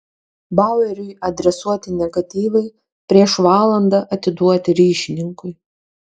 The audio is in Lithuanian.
baueriui adresuoti negatyvai prieš valandą atiduoti ryšininkui